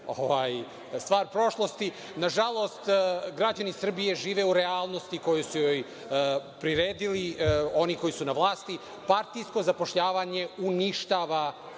stvar prošlosti. Nažalost, građani Srbije žive u realnosti koju su joj priredili oni koji su na vlasti. Partijsko zapošljavanje uništava